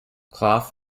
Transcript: clough